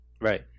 right